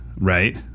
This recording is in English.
right